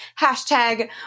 hashtag